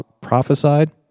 prophesied